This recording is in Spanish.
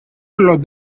los